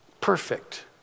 perfect